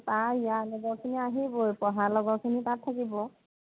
তাৰ ইয়াৰ লগৰখিনি আহিবই পঢ়াৰ লগৰখিনি তাত থাকিব